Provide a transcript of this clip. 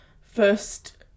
first –